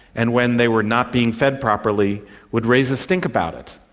and when they were not being fed properly would raise a stink about it.